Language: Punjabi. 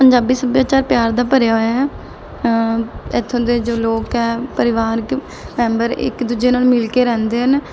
ਪੰਜਾਬੀ ਸੱਭਿਆਚਾਰ ਪਿਆਰ ਦਾ ਭਰਿਆ ਹੋਇਆ ਹੈ ਇੱਥੋਂ ਦੇ ਜੋ ਲੋਕ ਹੈ ਪਰਿਵਾਰਕ ਮੈਂਬਰ ਇੱਕ ਦੂਜੇ ਨਾਲ਼ ਮਿਲ ਕੇ ਰਹਿੰਦੇ ਹਨ